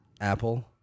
Apple